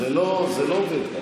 יוראי, זה לא עובד ככה.